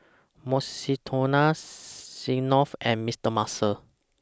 Mukshidonna Smirnoff and Mister Muscle